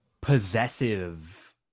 possessive